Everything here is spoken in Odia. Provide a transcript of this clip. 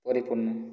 ପରିପୂର୍ଣ୍ଣ